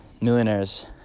millionaires